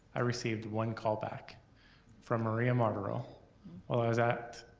i received one call back from maria marrero while i was at